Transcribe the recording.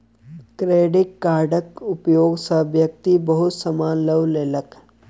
credit कार्डक उपयोग सॅ व्यक्ति बहुत सामग्री लअ लेलक